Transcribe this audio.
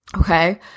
okay